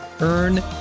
Earn